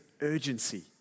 urgency